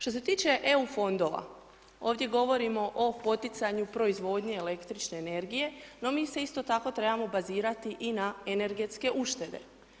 Što se tiče Eu fondova, ovdje govorimo o poticanju proizvodnje električne energije, no mi se isto tako trebamo bazirati i na energetske uštede.